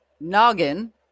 noggin